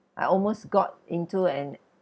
I almost got into an